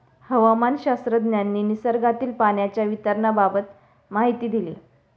हवामानशास्त्रज्ञांनी निसर्गातील पाण्याच्या वितरणाबाबत माहिती दिली